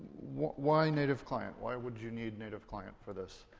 why native client? why would you need native client for this?